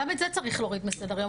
גם את זה צריך להוריד מסדר-היום.